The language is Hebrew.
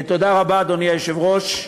תודה רבה, אדוני היושב-ראש.